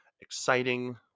exciting